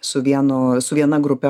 su vienu su viena grupe